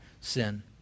sin